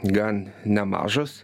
gan nemažas